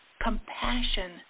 compassion